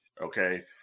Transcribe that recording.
okay